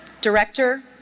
director